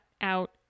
out